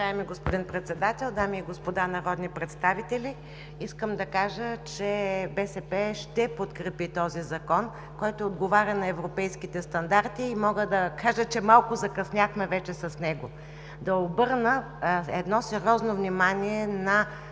Председател, дами и господа народни представители! Искам да кажа, че БСП ще подкрепи този Закон, който отговаря на европейските стандарти, и мога да кажа, че малко закъсняхме с него. Ще обърна сериозно внимание на